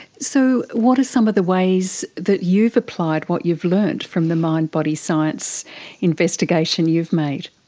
so what are some of the ways that you've applied what you've learned from the mind body science investigation you've made?